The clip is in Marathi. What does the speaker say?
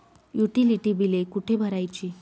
युटिलिटी बिले कुठे भरायची?